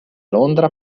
londra